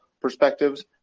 perspectives